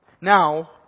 Now